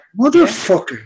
Motherfucker